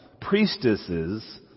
priestesses